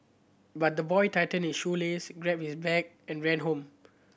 but the boy tightened his shoelaces grabbed his bag and ran home